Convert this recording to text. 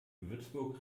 würzburg